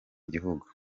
gihugu